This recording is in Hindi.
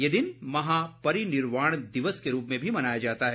ये दिन महा परिनिर्वाण दिवस के रूप में भी मनाया जाता है